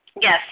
Yes